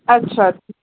अच्छा